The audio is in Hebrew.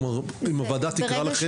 כלומר, אם הוועדה תקרא לכם?